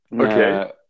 okay